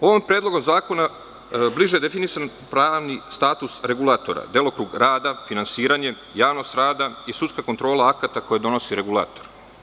U ovom predlogu zakona bliže je definisan pravni status regulatora, delokrug rada, finansiranje, javnost rada i sudska kontrola akata koje donosi regulator.